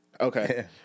Okay